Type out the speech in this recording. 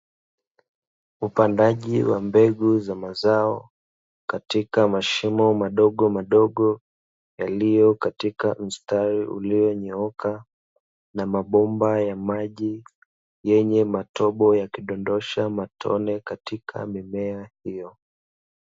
Upandaji wa mbegu za mazao katika mashimo madogomadogo yaliyo katika mstari ulionyooka, na mabomba ya maji yenye matobo yakidondosha matone katika mimea hiyo.